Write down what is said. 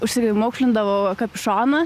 užsimaukšlindavau kapišoną